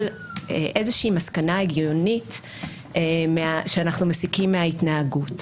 איזושהי מסקנה הגיונית שאנחנו מסיקים מההתנהגות.